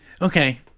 Okay